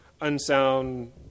unsound